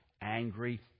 angry